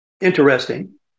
interesting